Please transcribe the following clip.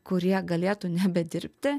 kurie galėtų nebedirbti